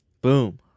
Boom